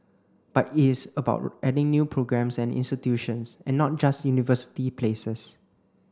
but it is about adding new programmes and institutions and not just university places